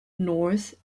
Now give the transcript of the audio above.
north